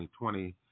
2020